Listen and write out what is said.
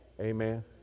Amen